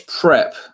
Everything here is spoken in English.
prep